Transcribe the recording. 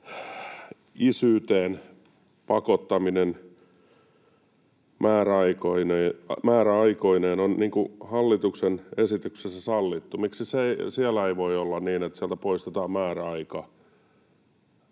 isyyteen pakottaminen määräaikoineen on hallituksen esityksessä sallittu. Miksi ei voi olla niin, että sieltä poistetaan määräaika?